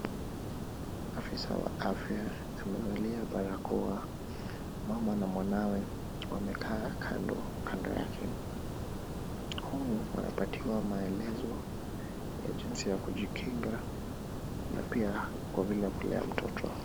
Afisa wa afya amevalia barakoa, mama na mwanawe wamekaa kando yake. Humu wanapatiwa maelezo ya jinsi ya kujikinga na pia kwa vile kulea mtoto.